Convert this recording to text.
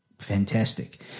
fantastic